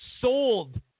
sold